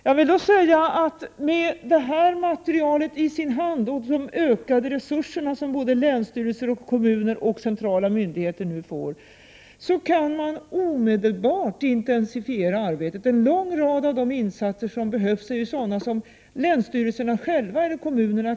Med de ökade resurser som såväl länsstyrelser, kommuner och centrala myndigheter nu får finns det möjligheter att omedelbart intensifiera arbetet, med utgångspunkt i det framtagna materialet. Vad gäller en lång rad av de insatser som är nödvändiga så har ju länsstyrelserna och kommunerna själva beslutanderätt.